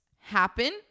happen